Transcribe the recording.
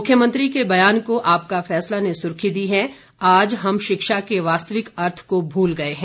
मुख्यमंत्री के बयान को आपका फैसला ने सुर्खी दी है आज हम शिक्षा के वास्तविक अर्थ को भूल गए हैं